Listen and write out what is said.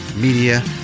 media